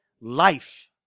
life